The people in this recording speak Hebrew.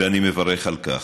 ואני מברך על כך.